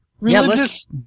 religious